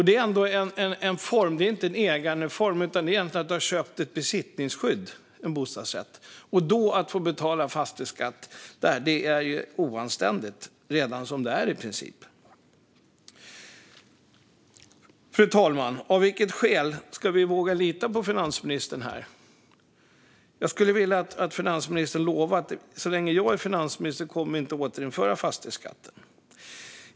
Det är ändå inte en ägandeform, utan med bostadsrätt har man köpt ett besittningsskydd. Att då få betala fastighetsskatt är oanständigt redan som det är i princip. Fru talman! Av vilket skäl ska vi våga lita på finansministern här? Jag skulle vilja att finansministern lovar att fastighetsskatten inte kommer att återinföras så länge han är finansminister.